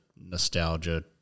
nostalgia